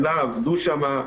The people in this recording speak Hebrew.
שנה עבדו שם,